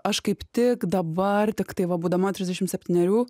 aš kaip tik dabar tiktai va būdama trsidešim septynerių